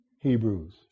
Hebrews